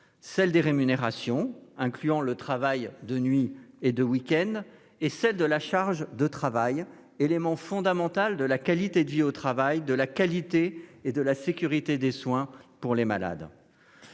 celle des rémunérations, en prenant en compte le travail de nuit et le week-end, et celle de la charge de travail, élément fondamental de la qualité de vie au travail pour les soignants, et de la qualité et de la sécurité des soins pour les malades.